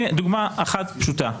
הנה דוגמה אחת פשוטה,